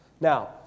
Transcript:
Now